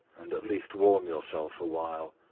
and at least warm yourself awhile.